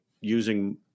using